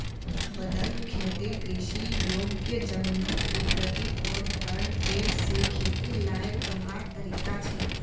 बदल खेतिर कृषि योग्य ज़मीनोक कुदरती तौर पर फेर से खेतिर लायक बनवार तरीका छे